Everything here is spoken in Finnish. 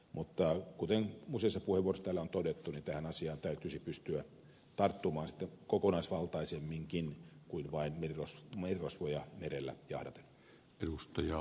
mutta kuten useissa puheenvuoroissa täällä on todettu tähän asiaan täytyisi pystyä tarttumaan sitten kokonaisvaltaisemminkin kuin vain merirosvoja merellä jahdaten